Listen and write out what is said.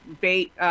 bait